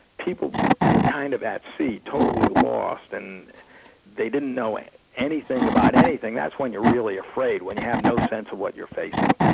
people were kind of at sea, totally lost, and they didn't know anything about anything. that's when you are really afraid, when you have no sense of what you're facing.